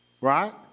right